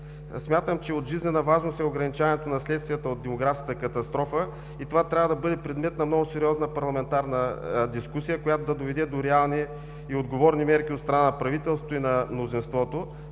смятам, че от жизнена важност е ограничаването на следствията от демографската катастрофа. Това трябва да бъде предмет на много сериозна парламентарна дискусия, която да доведе до реални и отговорни мерки от страна на правителството и на мнозинството,